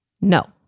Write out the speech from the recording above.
no